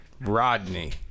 Rodney